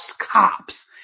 Cops